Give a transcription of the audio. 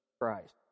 Christ